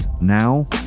now